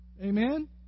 Amen